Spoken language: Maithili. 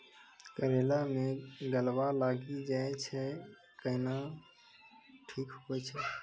करेला मे गलवा लागी जे छ कैनो ठीक हुई छै?